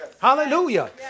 Hallelujah